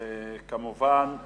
אנחנו עוברים לנושא הבא: